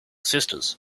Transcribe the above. sisters